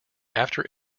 after